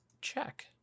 check